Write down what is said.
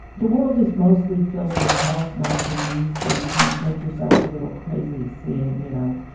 the world is mostly filled with health, not disease. so you can make yourself a little crazy seeing, you know,